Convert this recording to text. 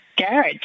garage